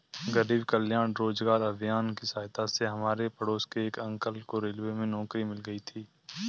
गरीब कल्याण रोजगार अभियान की सहायता से हमारे पड़ोस के एक अंकल को रेलवे में नौकरी मिल गई थी